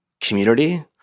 community